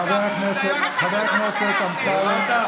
אתה הביזיון הכי גדול בכנסת, חבר הכנסת אמסלם.